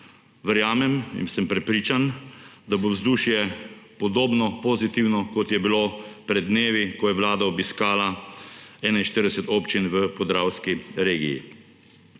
Verjamem in sem prepričan, da bo vzdušje podobno pozitivno, kot je bilo pred dnevi, ko je Vlada obiskala 41 občin v Podravski regiji.